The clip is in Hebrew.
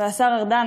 השר ארדן,